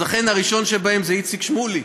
הראשון שבהם הוא איציק שמולי,